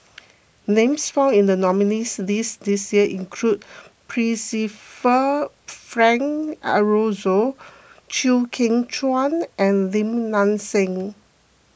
names found in the nominees' list this year include Percival Frank Aroozoo Chew Kheng Chuan and Lim Nang Seng